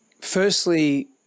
firstly